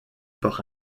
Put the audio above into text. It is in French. par